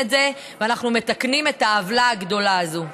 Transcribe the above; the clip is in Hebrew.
את זה ומתקנים את העוולה הגדולה הזאת.